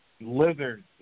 lizards